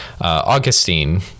Augustine